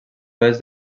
oest